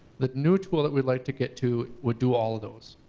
the new tool that we'd like to get to would do all of those.